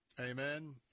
Amen